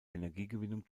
energiegewinnung